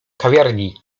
kawiarni